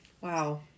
Wow